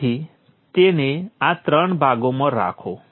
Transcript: તેથી તેને આ 3 ભાગોમાં રાખો